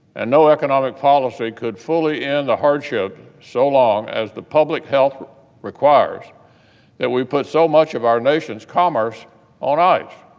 and no economic policy could fully end the hardship so long as the public health requires that we put so much of our nation's commerce on ice.